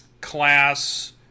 class